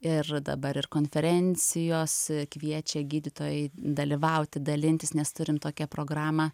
ir dabar ir konferencijos kviečia gydytojai dalyvauti dalintis nes turim tokią programą